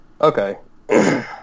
Okay